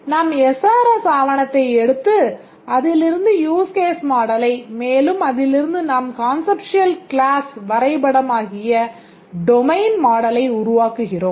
நாம் எஸ்ஆர்எஸ் ஆவணத்தை எடுத்து அதிலிருந்து யூஸ் கேஸ் மாடலை மேலும் அதிலிருந்து நாம் conceptual class வரைபடமாகிய டொமைன் மாடலை உருவாக்குகிறோம்